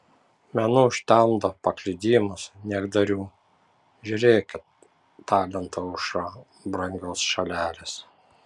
menu užtemdo paklydimus niekdarių žėrėki talentų aušra brangios šalelės